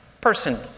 person